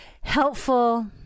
helpful